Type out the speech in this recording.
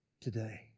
today